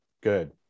good